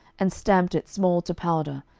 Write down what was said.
and stamped it small to powder,